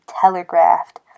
telegraphed